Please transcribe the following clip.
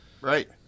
Right